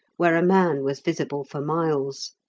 where a man was visible for miles.